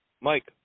Mike